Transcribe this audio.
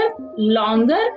longer